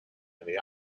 the